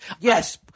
yes